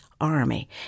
army